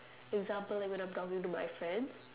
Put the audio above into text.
example like when I'm talking to my friends